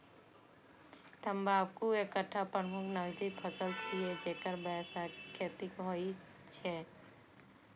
तंबाकू एकटा प्रमुख नकदी फसल छियै, जेकर व्यावसायिक खेती होइ छै